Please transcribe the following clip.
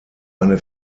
eine